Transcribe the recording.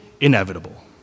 inevitable